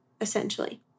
essentially